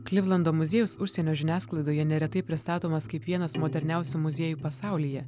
klivlando muziejus užsienio žiniasklaidoje neretai pristatomas kaip vienas moderniausių muziejų pasaulyje